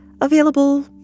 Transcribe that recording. available